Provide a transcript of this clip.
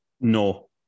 no